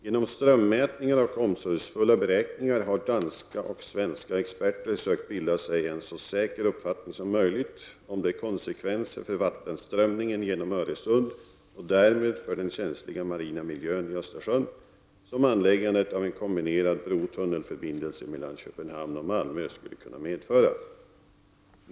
Genom strömmätningar och omsorgsfulla beräkningar har danska och svenska experter sökt bilda sig en så säker uppfattning som möjligt om de konsekvenser för vattenströmningen genom Öresund och därmed för den känsliga marina miljön i Östersjön som anläggandet av en kombinerad bro/tunnelförbindelse mellan Köpenhamn och Malmö skulle medföra.